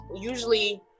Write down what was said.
usually